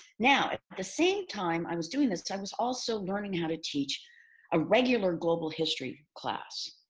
now, at the same time i was doing this, i was also learning how to teach a regular global history class.